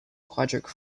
quadratic